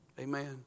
Amen